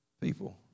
people